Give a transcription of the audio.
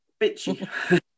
bitchy